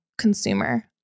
consumer